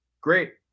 Great